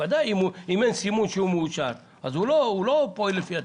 אם אין סימון שהוא מאושר אז הוא לא פועל לפי התקנות,